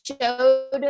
showed